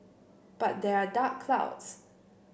but there are dark clouds